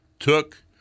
took